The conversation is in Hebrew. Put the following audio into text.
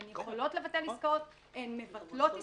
הן יכולות לבטל עסקאות, הן מבטלות עסקאות.